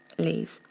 leaves.